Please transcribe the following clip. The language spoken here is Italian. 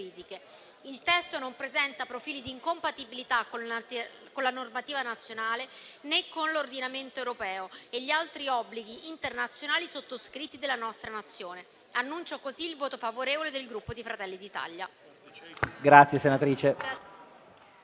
Il testo non presenta profili di incompatibilità con la normativa nazionale, né con l'ordinamento europeo e gli altri obblighi internazionali sottoscritti dalla nostra Nazione. Annuncio così il voto favorevole del Gruppo Fratelli d'Italia.